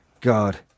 god